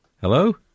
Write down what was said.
hello